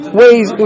ways